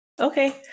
Okay